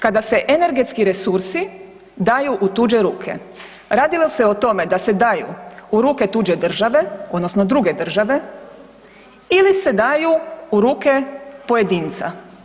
Kada se energetski resursi daju u tuđe ruke radilo se o tome da se daju u ruke tuđe države odnosno druge države ili se daju u ruke pojedinca.